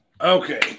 Okay